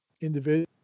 individual